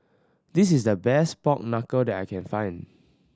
this is the best pork knuckle that I can find